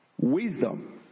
wisdom